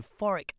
euphoric